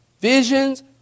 Visions